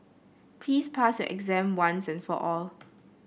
please pass your exam once and for all